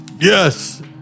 Yes